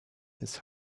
his